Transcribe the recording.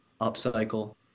upcycle